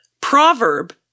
Proverb